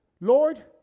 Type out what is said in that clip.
Lord